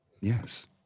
Yes